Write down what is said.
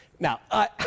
Now